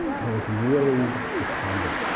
and it was really despondent.